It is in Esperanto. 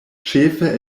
ĉefe